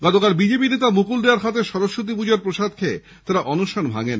গতকাল বিজেপি নেতা মুকুল রায়ের হাতে সরস্বতী পুজোর প্রসাদ খেয়ে তারা অনশন ভাঙেন